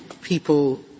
people